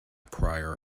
prior